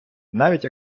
навіть